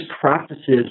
practices